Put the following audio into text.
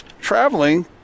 traveling